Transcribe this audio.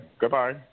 goodbye